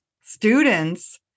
students